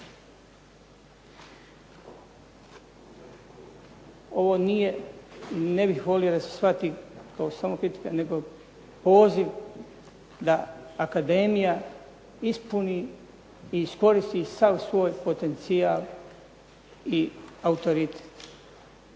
Ovo nije, ne bih volio da se shvati kao samo kritika nego poziv da akademija ispuni i iskoristi sav svoj potencijal i autoritet.